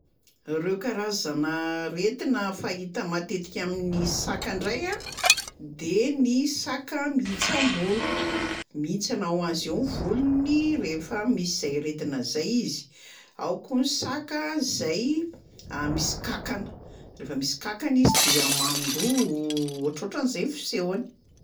Reo karazana aretina fahita matetika amin'ny saka ndray a de ny saka mihintsam-bolo, mihintsana ho azy eo ny volony rehefa misy zay aretina zay izy; ao koa ny saka zay misy kankana, rehefa misy kankana izy de mandoa o ohatrohatran'izay ny fisehony.